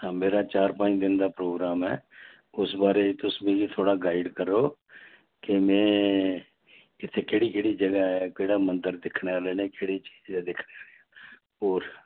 हां मेरा चार पंज दिन दा प्रोग्राम ऐ उस बारे च तुस मिगी तुस इ'यां थोह्ड़ा गाइड करो कि में इत्थे केह्ड़ी केह्ड़ी जगह् ऐ केहड़े मंदर न दिक्खने आह्ले न केह्ड़ी चीज ऐ दिक्खने आह्ली होर